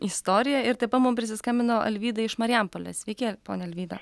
istoriją ir tai pa mum prisiskambino alvyda iš marijampolės sveiki ponia alvyda